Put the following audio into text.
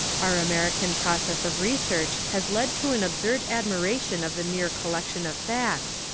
our american process of research has led to an absurd admiration of the mere collection of facts,